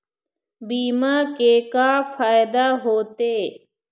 बीमा के का फायदा होते?